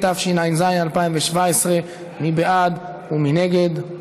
התשע"ז 2017. מי בעד ומי נגד?